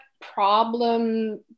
problem